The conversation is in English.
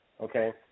Okay